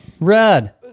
Red